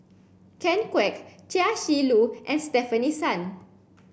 Ken Kwek Chia Shi Lu and Stefanie Sun